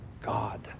God